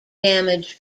damage